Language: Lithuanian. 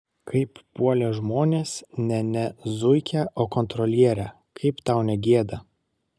kaip puolė žmonės ne ne zuikę o kontrolierę kaip tau negėda